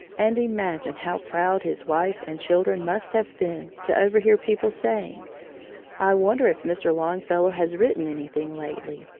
and imagine how proud his wife and children must have been to overhear people saying i wonder if mr. longfellow has written anything lately.